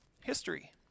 history